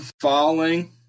falling